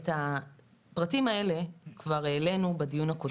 את הפרטים האלה כבר העלינו בדיון הקודם.